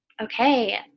Okay